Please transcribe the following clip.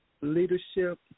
leadership